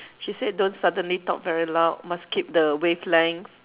she said don't suddenly talk very loud must keep the wavelength